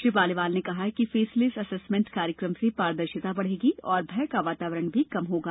श्री पालीवाल ने कहा कि फेसलेस असेसमेंट कार्यक्रम से पारदर्शिता बढ़ेगी और भय का वातावरण भी कम होगा